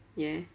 yeah